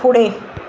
पुढे